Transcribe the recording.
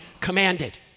commanded